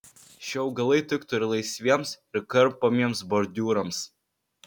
šie augalai tiktų ir laisviems ir karpomiems bordiūrams